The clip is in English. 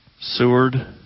Seward